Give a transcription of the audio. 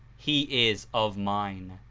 he is of mine.